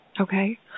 Okay